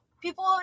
people